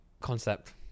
concept